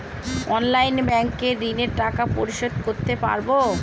অনলাইনে ব্যাংকের ঋণের টাকা পরিশোধ করতে পারবো?